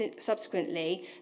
subsequently